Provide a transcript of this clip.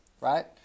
right